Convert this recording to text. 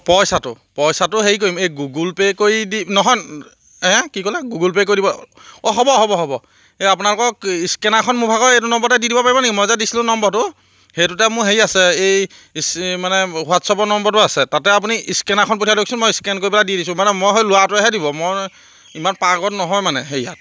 পইচাটো পইচাটো হেৰি কৰিম এই গুগুল পে' কৰি দি নহয় হেঁ কি ক'লে গুগল পে' কৰি দিব অঁ হ'ব হ'ব হ'ব এই আপোনালোকক স্কেনাৰখন মোৰ ভাগৰ এইটো নম্বৰতে দি দিব পাৰিব নেকি মই যে দিছিলোঁ নম্বৰটো সেইটোতে মোৰ হেৰি আছে এই ইস্ মানে হোৱাটছআপৰ নম্বৰটো আছে তাতে আপুনি স্কেনাৰখন পঠিয়াই দিয়কচোন মই স্কেন কৰি পেলাই দি দিছোঁ মানে মই সেই ল'ৰাটোৱেহে দিব মই ইমান পাৰ্গত নহয় মানে সেই ইয়াত